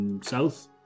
south